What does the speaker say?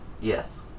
Yes